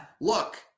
Look